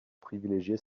privilégier